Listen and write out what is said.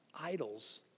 idols